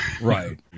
right